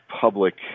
public